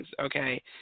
okay